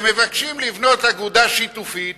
ומבקשים לבנות אגודה שיתופית,